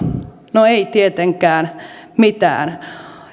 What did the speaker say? no ei tietenkään mitään